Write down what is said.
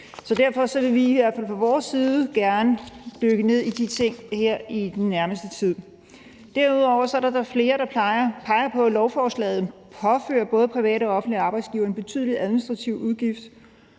Så derfor vil vi i hvert fald fra vores side gerne dykke ned i de ting her i den nærmeste tid. Derudover er der flere, der peger på, at lovforslaget påfører både private og offentlige arbejdsgivere en betydelig administrativ udgift,